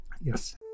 yes